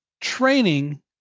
training